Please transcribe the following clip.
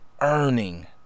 earning